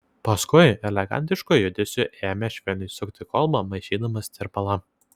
paskui elegantišku judesiu ėmė švelniai sukti kolbą maišydamas tirpalą